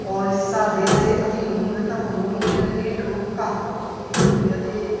ओरिस्सादेशे अतिन्यूनतमूल्येन नेट् उक्तः विक्रियते